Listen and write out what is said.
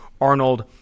Arnold